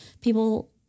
people